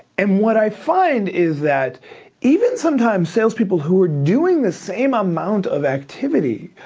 and what i find is that even sometimes sales people who are doing the same amount of activity,